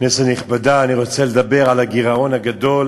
כנסת נכבדה, אני רוצה לדבר על הגירעון הגדול